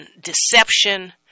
deception